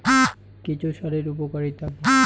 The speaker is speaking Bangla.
কেঁচো সারের উপকারিতা?